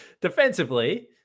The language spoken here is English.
defensively